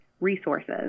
resources